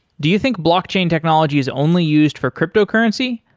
do you think blockchain technology is only used for cryptocurrency?